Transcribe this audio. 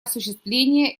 осуществления